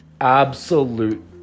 absolute